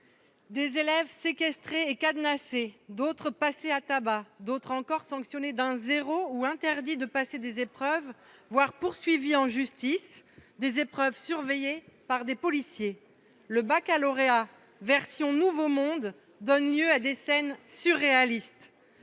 des élèves séquestrés et cadenassés, d'autres passés à tabac, d'autres encore sanctionnés d'un zéro ou interdits de passer des épreuves, voire poursuivis en justice, des épreuves surveillées par des policiers : le baccalauréat version « nouveau monde » donne lieu à des scènes surréalistes